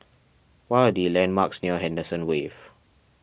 what are the landmarks near Henderson Wave